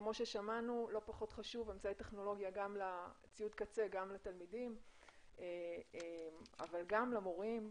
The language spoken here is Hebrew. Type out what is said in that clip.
כמו ששמענו, ציוד קצה גם לתלמידים אבל גם למורים.